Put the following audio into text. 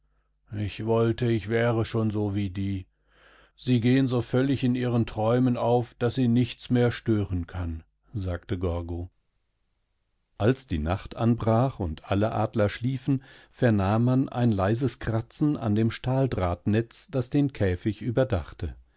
ich wirst du baldebensoelendigaussehenwiedieanderenadler ichwollte ichwäre schon so wie die sie gehen so völlig in ihren träumen auf daß sie nichts mehrstörenkann sagtegorgo als die nacht anbrach und alle adler schliefen vernahm man ein leises kratzen an dem stahldrahtnetz das den käfig überdachte